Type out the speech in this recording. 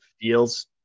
feels